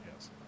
yes